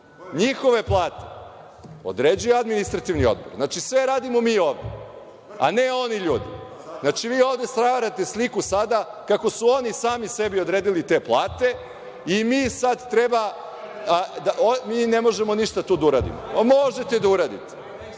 NJihove plate određuje Administrativni odbor. Znači, sve radimo mi ovde, a ne oni ljudi. Vi ovde stvarate sliku sada kako su oni sami sebi odredili te plate i mi sad ne možemo ništa tu da uradimo. Pa, možete da uradite.